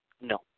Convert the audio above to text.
No